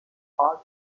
art